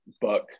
Buck